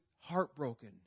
heartbroken